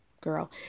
Girl